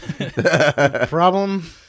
Problem